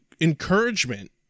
encouragement